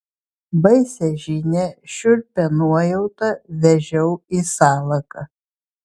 baisią žinią šiurpią nuojautą vežiau į salaką